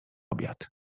obiad